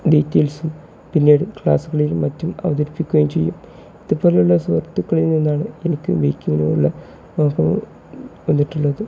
ഡീറ്റെയിൽസും പിന്നീട് ക്ലാസ്സുകളിലും മറ്റും അവതരിപ്പിക്കുകയും ചെയ്യും ഇതു പോലെയുള്ള സുഹൃത്തുക്കളിൽ നിന്നാണ് എനിക്ക് ബൈക്കിനോടുള്ള മോഹവും വന്നിട്ടുള്ളത്